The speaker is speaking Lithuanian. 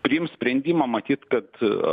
priims sprendimą matyt kad